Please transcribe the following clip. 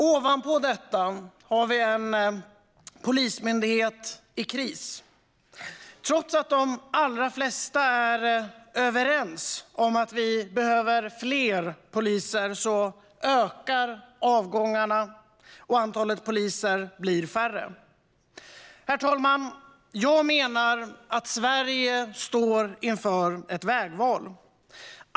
Ovanpå detta har vi en polismyndighet i kris. Trots att de allra flesta är överens om att vi behöver fler poliser ökar avgångarna och antalet poliser blir färre. Herr talman! Jag menar att Sverige står inför ett vägval.